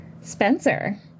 spencer